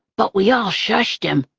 but we all shushed him.